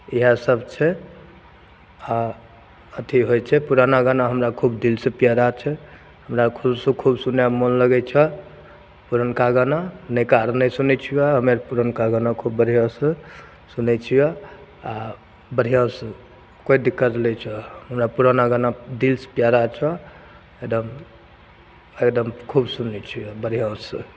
इहएसब छै आ अथी होइ छै पुराना गाना हमरा खूब दिलसे प्यारा छै हमरा खूबसे खूब सुनएमे मोन लगै छै पुरनका गाना नवका आर नहि सुनै छियऽ हमे आर पुरनका गाना खुब बढ़िऑंसॅं सुनै छियऽ आ बढ़ियाँसे कोइ दिक्कत नै छ हमरा पुराना गाना दिलसे प्यारा छ एगदम एगदम खूब सुनै छियऽ बढ़ियाँसए